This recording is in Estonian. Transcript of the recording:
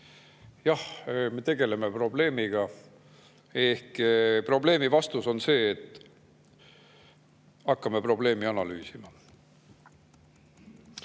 jah, me tegeleme probleemiga. Ehk probleemi vastus on see, et hakkame probleemi analüüsima. Kõik